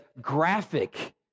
graphic